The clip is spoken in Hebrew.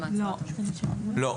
לא.